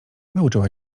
nauczyła